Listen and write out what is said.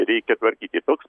reikia tvarkyti toks